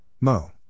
Mo